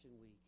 Week